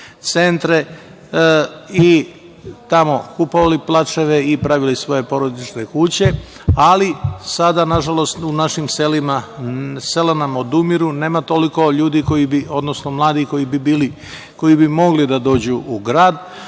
i tamo kupovali placeve i pravili svoje porodične kuće. Sada, nažalost naša sela odumiru, nema toliko ljudi koji bi, odnosno mladih koji bi mogli da dođu u grad